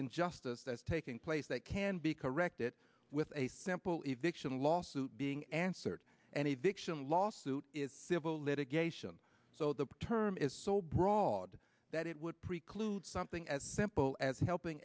injustice that's taking place that can be corrected with a simple if the action lawsuit being answered and he diction lawsuit is civil litigation so the term is so broad that it would preclude something as simple as helping